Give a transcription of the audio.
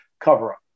cover-up